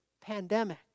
pandemic